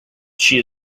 she